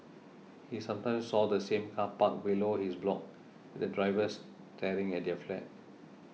he sometimes saw the same car parked below his block with the driver staring at their flat